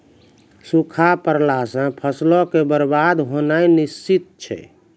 सूखा पड़ला से फसलो के बरबाद होनाय निश्चित छै